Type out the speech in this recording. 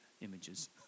images